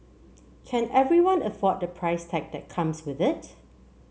can everyone afford the price tag that comes with it